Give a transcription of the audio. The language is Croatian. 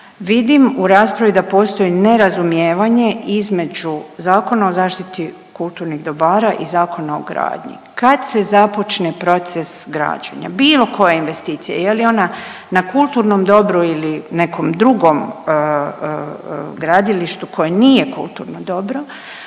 Vidim u raspravi da postoji nerazumijevanje između Zakona o zaštiti kulturnih dobara i Zakona o gradnji. Kad se započne proces građenja bilo koje investicije je li ona na kulturnom dobru ili nekom drugom gradilištu koje nije kulturno dobro